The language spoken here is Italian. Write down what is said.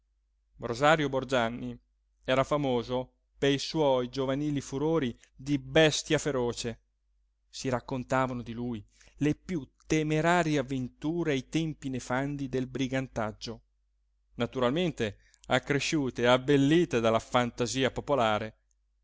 rosario borgianni era famoso pe suoi giovanili furori di bestia feroce si raccontavano di lui le piú temerarie avventure ai tempi nefandi del brigantaggio naturalmente accresciute e abbellite dalla fantasia popolare